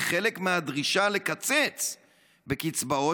וחלק מהדרישה לקצץ בקצבאות,